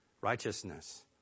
righteousness